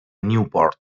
newport